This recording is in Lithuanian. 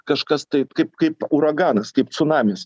kažkas taip kaip kaip uraganas kaip cunamis